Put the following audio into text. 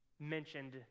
mentioned